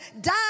die